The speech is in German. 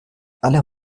alle